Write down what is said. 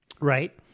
Right